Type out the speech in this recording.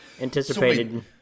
anticipated